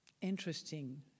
interesting